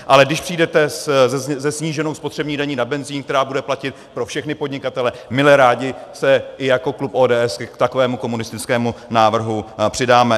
Ale když přijdete se sníženou spotřební daní na benzin, která bude platit pro všechny podnikatele, mile rádi se i jako klub ODS k takovému komunistickému návrhu přidáme.